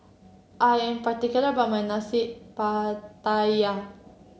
I am particular about my Nasi Pattaya